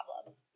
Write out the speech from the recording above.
problem